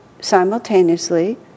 simultaneously